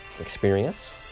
experience